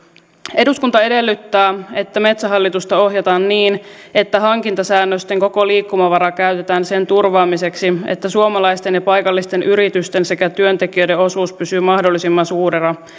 eduskunta edellyttää että metsähallitusta ohjataan niin että hankintasäännösten koko liikkumavara käytetään sen turvaamiseksi että suomalaisten ja paikallisten yritysten sekä työntekijöiden osuus pysyy mahdollisimman suurena